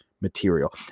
material